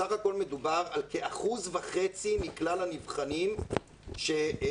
בסך הכול מדובר על כ-1.5% מכלל הנבחנים שמבקשים